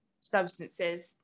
substances